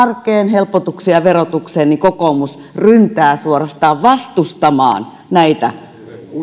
helpotuksia verotukseen niin kokoomus suorastaan ryntää vastustamaan näitä